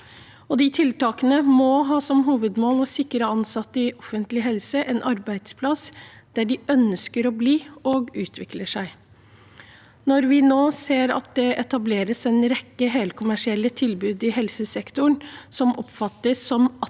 de tiltakene må ha som hovedmål å sikre ansatte i offentlig helse en arbeidsplass der de ønsker å bli og utvikle seg. Når vi nå ser at det etableres en rekke helkommersielle tilbud i helsesektoren som oppfattes som attraktive